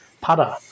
putter